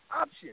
option